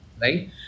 Right